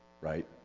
right